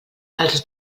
els